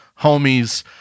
homies